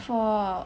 for